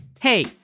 Hey